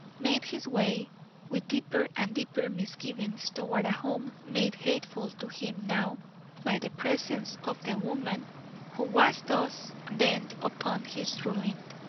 made his way with deeper and deeper misgivings toward a home made hateful to him now by the presence of the woman who was thus bent upon his ruin.